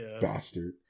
Bastard